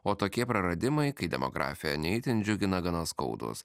o tokie praradimai kai demografija ne itin džiugina gana skaudūs